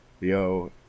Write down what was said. Yo